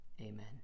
Amen